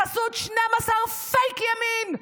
בחסות 12 פייק ימין,